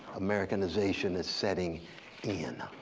americanization is setting in.